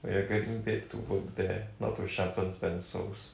but you're getting paid to work there not to sharpen pencils